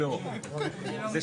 אין